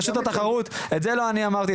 רשות התחרות - את זה לא אני אמרתי,